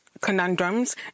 conundrums